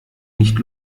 nicht